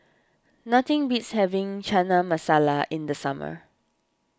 nothing beats having Chana Masala in the summer